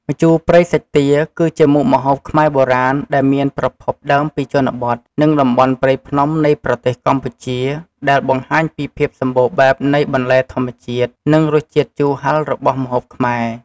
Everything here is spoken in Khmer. ម្ជូរព្រៃសាច់ទា គឺជាមុខម្ហូបខ្មែរបុរាណ ដែលមានប្រភពដើមពីជនបទ និងតំបន់ព្រៃភ្នំនៃប្រទេសកម្ពុជា ដែលបង្ហាញពីភាពសម្បូរបែបនៃបន្លែធម្មជាតិ និងរសជាតិជូរហឹររបស់ម្ហូបខ្មែរ។